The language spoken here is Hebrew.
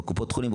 לקופות חולים,